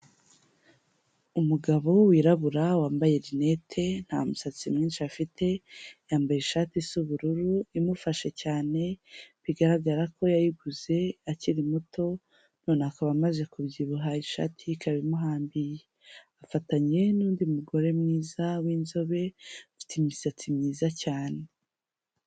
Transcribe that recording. Umugabo wirabura wambaye rinete, nta musatsi mwinshi afite, yambaye ishati isa ubururu imufashe cyane, bigaragara ko yayiguze akiri muto, none akaba amaze kubyibuha ishati ye ikaba imuhambiye. Afatanye n'undi mugore mwiza winzobe, ufite imisatsi myiza cyane.